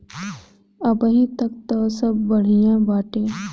अबहीं तक त सब बढ़िया बाटे